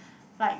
like